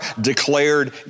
declared